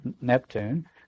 Neptune